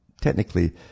technically